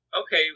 okay